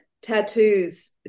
tattoos